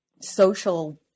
social